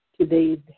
Today